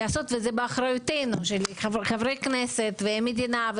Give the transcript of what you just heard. וזה באחריותנו חברי הכנסת והמדינה,